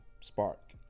spark